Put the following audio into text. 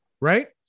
right